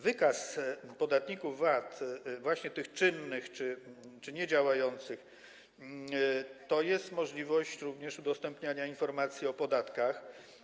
Wykaz podatników VAT, właśnie tych czynnych czy niedziałających, to jest możliwość również udostępniania informacji o podatkach.